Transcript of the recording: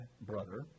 brother